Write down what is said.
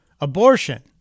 abortion